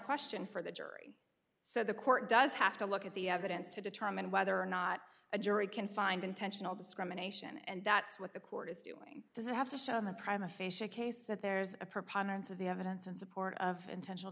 question for the jury so the court does have to look at the evidence to determine whether or not a jury can find intentional discrimination and that's what the court is doing does it have to show the prime aphasia case that there's a preponderance of the evidence in support of intentional